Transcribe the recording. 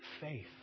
faith